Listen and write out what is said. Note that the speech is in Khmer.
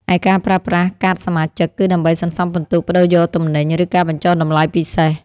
ឯការប្រើប្រាស់កាតសមាជិក គឺដើម្បីសន្សំពិន្ទុប្ដូរយកទំនិញ ឬការបញ្ចុះតម្លៃពិសេស។